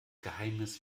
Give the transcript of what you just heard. geheimnis